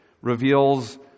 reveals